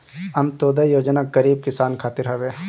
अन्त्योदय योजना गरीब किसान खातिर हवे